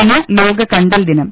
ഇന്ന് ലോക കണ്ടൽ ദിനം